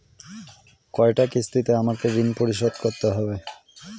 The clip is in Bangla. কয়টা কিস্তিতে আমাকে ঋণ পরিশোধ করতে হবে?